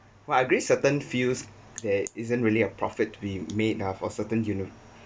but I agree certain fields there isn't really a profit to be made ah for certain uni~